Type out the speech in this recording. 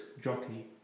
jockey